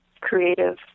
creative